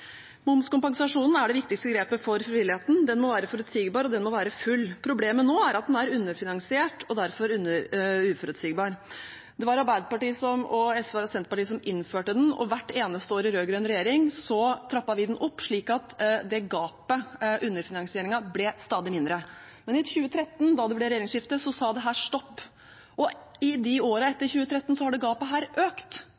Momskompensasjonen er det viktigste grepet for frivilligheten. Den må være forutsigbar, og den må være full. Problemet nå er at den er underfinansiert og derfor uforutsigbar. Det var Arbeiderpartiet, SV og Senterpartiet som innførte den, og hvert eneste år i rød-grønn regjering trappet vi den opp, sånn at gapet – underfinansieringen – ble stadig mindre. Men i 2013, da det ble regjeringsskifte, sa det stopp, og i